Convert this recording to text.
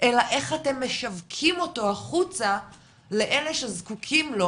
אלא איך אתם משווקים אותו החוצה לאלה שזקוקים לו